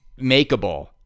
makeable